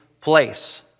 place